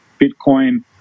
Bitcoin